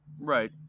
right